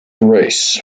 race